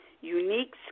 unique